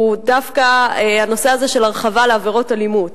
הוא דווקא הנושא הזה של הרחבה לעבירות אלימות.